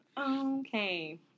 Okay